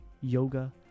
yoga